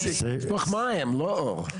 תשפוך מים, לא אור.